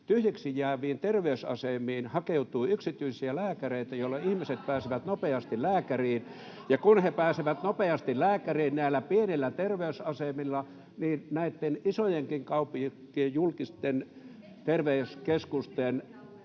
tyhjiksi jääviin terveysasemiin hakeutuu yksityisiä lääkäreitä, [Krista Kiuru: Eli rahaa on!] jolloin ihmiset pääsevät nopeasti lääkäriin. Ja kun he pääsevät nopeasti lääkäriin näillä pienillä terveysasemilla, niin isojenkin kaupunkien julkisten terveyskeskusten